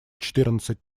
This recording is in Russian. четырнадцать